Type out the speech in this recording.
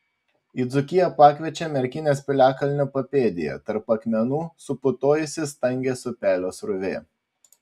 į dzūkiją pakviečia merkinės piliakalnio papėdėje tarp akmenų suputojusi stangės upelio srovė